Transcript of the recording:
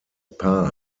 paar